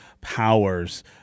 Powers